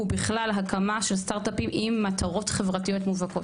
ובכלל הקמה של סטארט-אפים עם מטרות חברתיות מובהקות?